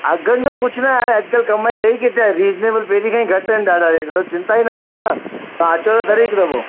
अघनि जो कुझु न आहे अॼुकल्ह कमु जी रही किथे आहे रिजनेबल पहिरीं खां ई घटि आहिनि ॾाढा रेट त चिंता ई न कयो न तव्हां अचो सर हिकु दफ़ो